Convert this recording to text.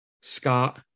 Scott